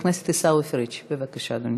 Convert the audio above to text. חבר הכנסת עיסאווי פריג', בבקשה, אדוני.